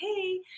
Hey